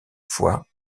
fois